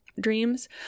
dreams